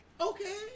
Okay